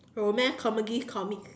romance comedies comics